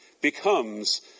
becomes